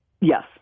Yes